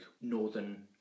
northern